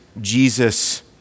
Jesus